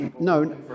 no